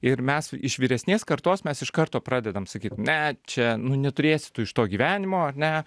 ir mes iš vyresnės kartos mes iš karto pradedam sakyt ne čia nu neturėsi tu iš to gyvenimo ar ne